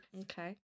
Okay